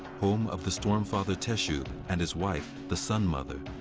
home of the storm father teshub and his wife, the sun mother.